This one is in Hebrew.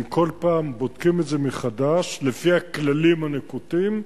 הם כל פעם בודקים את זה מחדש לפי הכללים הנקוטים,